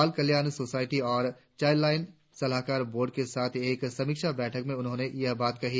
बाल कल्याण सोसायटी और चाईल्डलाईन सलाहकार बोर्ड के साथ एक समीक्षा बैठक में उन्होंने ये बात कही